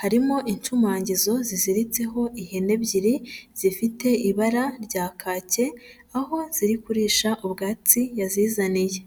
harimo inshimangizo ziziritseho ihene ebyiri, zifite ibara rya kake aho ziri kuririsha ubwatsi yazizaniye.